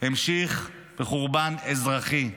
המשיך בחורבן אזרחי,